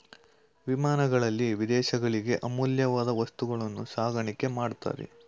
ವಿಮಾನಗಳಲ್ಲಿ ವಿದೇಶಗಳಿಗೆ ಅಮೂಲ್ಯವಾದ ವಸ್ತುಗಳನ್ನು ಸಾಗಾಣಿಕೆ ಮಾಡುತ್ತಾರೆ